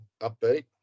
upbeat